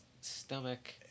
stomach